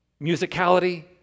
musicality